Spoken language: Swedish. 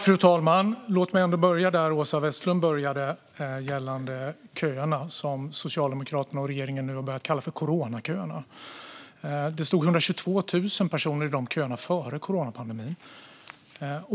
Fru talman! Låt mig börja där Åsa Westlund började gällande köerna som Socialdemokraterna och regeringen nu har börjat kalla för coronaköerna. Det stod 122 000 personer i de köerna före coronapandemin.